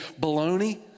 baloney